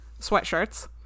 sweatshirts